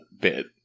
bit